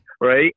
Right